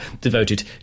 devoted